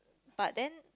but then